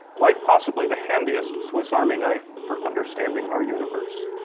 quite possibly the handiest swiss army knife for understanding our universe.